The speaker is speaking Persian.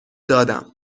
دادم